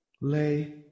lay